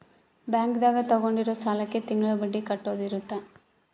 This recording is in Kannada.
ಬ್ಯಾಂಕ್ ದಾಗ ತಗೊಂಡಿರೋ ಸಾಲಕ್ಕೆ ತಿಂಗಳ ಬಡ್ಡಿ ಕಟ್ಟೋದು ಇರುತ್ತ